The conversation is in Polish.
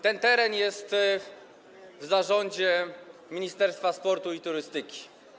Ten teren jest w zarządzie Ministerstwa Sportu i Turystyki.